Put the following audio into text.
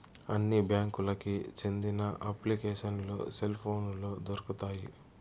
అన్ని బ్యాంకులకి సెందిన అప్లికేషన్లు సెల్ పోనులో దొరుకుతాయి